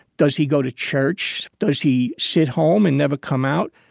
does he go to church? does he shit home and never come out?